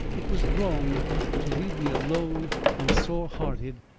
it was wrong to leave me alone and sore hearted,